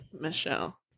Michelle